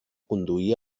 conduir